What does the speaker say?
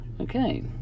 Okay